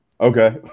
Okay